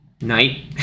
night